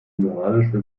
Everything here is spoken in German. moralische